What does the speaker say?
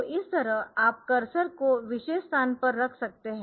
तो इस तरह आप कर्सर को विशेष स्थान पर रख सकते है